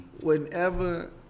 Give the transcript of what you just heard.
Whenever